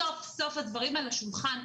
סוף סוף הדברים על השולחן,